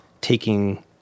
taking